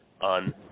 on